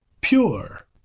Pure